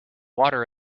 water